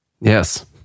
yes